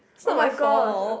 is not my fault